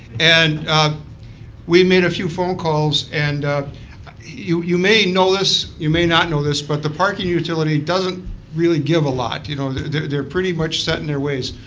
and we made a few phone calls. and you you may know this, you may not know this. but the parking utility doesn't really give a lot. you know they're pretty much set in their ways.